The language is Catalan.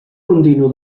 continu